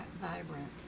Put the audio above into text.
vibrant